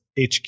HQ